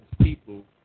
people